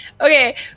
Okay